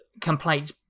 complaints